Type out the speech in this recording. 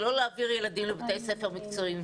שלא להעביר ילדים לבתי ספר מקצועיים.